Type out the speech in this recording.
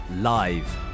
live